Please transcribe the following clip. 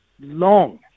long